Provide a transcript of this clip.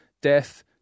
death